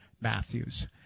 Matthews